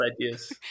ideas